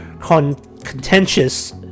contentious